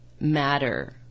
matter